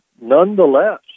nonetheless